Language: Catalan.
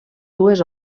dues